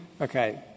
okay